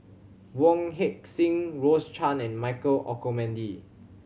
Wong Heck Sing Rose Chan and Michael Olcomendy